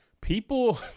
People